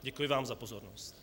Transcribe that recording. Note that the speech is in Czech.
Děkuji vám za pozornost.